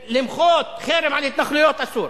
למחות, חרם על התנחלויות אסור.